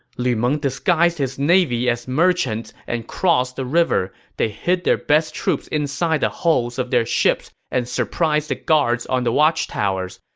lu meng disguised his navy as merchants and crossed the river. they hid their best troops inside the hulls of their ships and surprised the guards on the watchtowers.